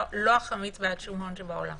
לא אחמיץ בעד שום הון שבעולם.